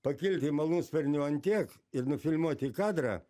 pakilti malūnsparniu ant tiek ir nufilmuoti kadrą